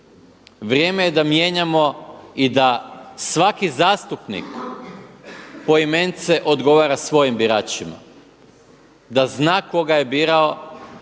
Vrijeme je da mijenjamo i da svaki zastupnik poimenice odgovara svojim biračima, da zna tko ga je birao